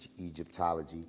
Egyptology